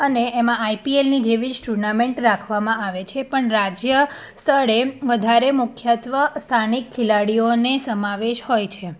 અને એમાં આઈપીએલની જેવી જ ટુર્નામેન્ટ રાખવામાં આવે છે પણ રાજ્ય સ્તરે વધારે મુખ્યત્ત્વે સ્થાનિક ખેલાડીઓને સમાવેશ હોય છે